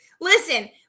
listen